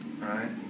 Right